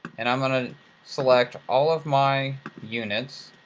and i'm going to select all of my units,